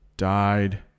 died